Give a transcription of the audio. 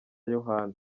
yohana